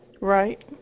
Right